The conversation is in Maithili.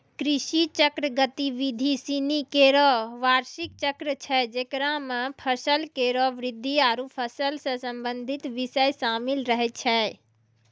कृषि चक्र गतिविधि सिनी केरो बार्षिक चक्र छै जेकरा म फसल केरो वृद्धि आरु फसल सें संबंधित बिषय शामिल रहै छै